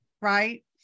right